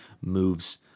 moves